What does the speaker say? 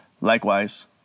Likewise